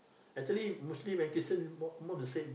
actually Muslim and Christian mo~ almost the same